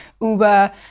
Uber